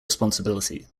responsibility